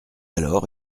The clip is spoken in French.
alors